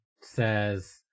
says